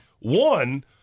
One